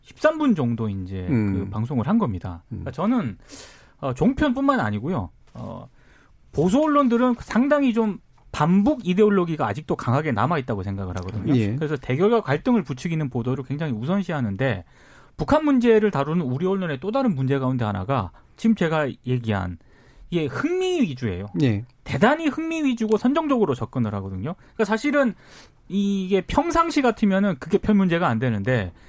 13분 정도 이제 그 음. 방송을 한 겁니다. 그러니까 음. 저는 어, 종편뿐만 아니고요. 어, 보수 언론들은 상당히 좀 반북 이데올로기가 아직도 강하게 남아있다고 생각을 하거든요. 예. 그래서 대결과 갈등을 부추기는 보도를 굉장히 우선시하는데 북한 문제를 다루는 우리 언론의 또 다른 문제 가운데 하나가 지금 제가 얘기한 이게 흥미 위주예요. 예. 대단히 흥미 위주고 선정적으로 접근을 하거든요. 그러니까 사실은 이게 평상시 같으면은 그게 별 문제가 안 되는데